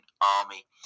army